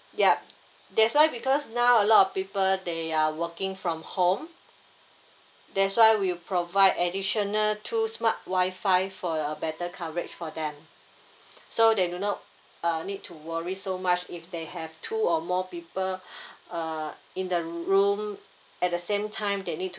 yup that's why because now a lot of people they are working from home that's why we provide additional two smart wi-fi for a better coverage for them so they do not uh need to worry so much if they have two or more people uh in the room at the same time they need to